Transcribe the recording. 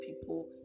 people